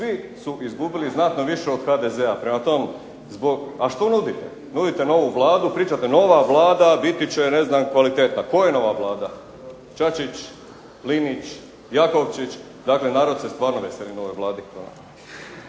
svi su izgubili znatno više od HDZ-a. Prema tome, a što nudite. Nudite novu Vladu, priča nova Vlada biti će ne znam kvaliteta. Tko je nova Vlada? Čačić, Linić, Jakovčić? Dakle, narod se stvarno veseli novoj Vladi.